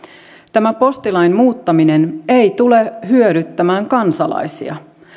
tämä postilain muuttaminen ei tule hyödyttämään kansalaisia